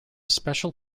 special